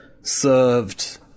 served